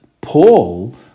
Paul